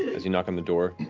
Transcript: as you knock on the door,